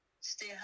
stay